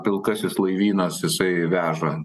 pilkasis laivynas jisai veža